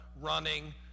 running